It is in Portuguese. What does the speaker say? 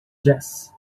jazz